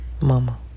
mama